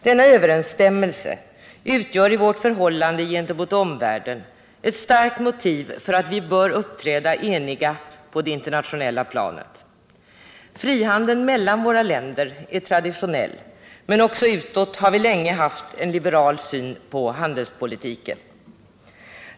Denna överensstämmelse utgör i vårt förhållande gentemot omvärlden ett starkt motiv för att vi bör uppträda eniga på det internationella planet. Frihandeln mellan våra länder är traditionell, men också utåt har vi länge haft en liberal syn på handelspolitiken.